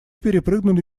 перепрыгнули